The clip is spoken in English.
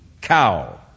cow